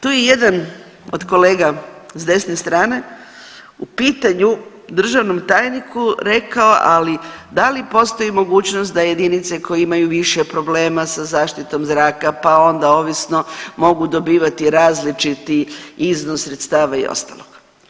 Tu je jedan od kolega s desne strane u pitanju državnom tajniku rekao ali da li postoji mogućnost da jedinice koje imaju više problema sa zaštitom zraka, pa onda ovisno mogu dobivati različiti iznos sredstava i ostaloga.